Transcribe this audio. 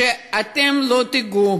שאתם לא תיגעו